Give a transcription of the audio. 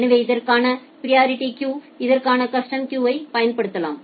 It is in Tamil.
எனவே இதற்காக நீங்கள் பிரியரிட்டி கியூங் இதற்கான கஸ்டம் கியூவை பயன்படுத்தலாம்